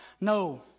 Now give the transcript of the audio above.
No